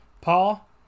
Paul